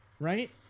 right